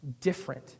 different